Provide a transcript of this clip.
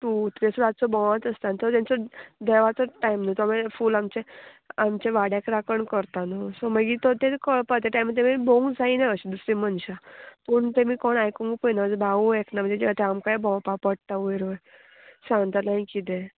two three बी असो रातचो भोंवत आसता तो तेंचो देवाचो टायम न्हू तो मागीर फूल आमचे आमचे आमच्या वाड्याक राखण करता न्हू सो मागीर तो ते कळपा ते टायमार तेमी भोवूंक जायना अशें दुसरी मनशां पूण तेमी कोण आयकूंक पळयना म्हाजो भावू आयकना म्हणजे आतां आमकांय भोंवपा पोडटा वयर वयर सांगतालें किदें